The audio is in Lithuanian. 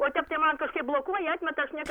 o tiktai man kažkaip blokuoja atmeta aš niekaip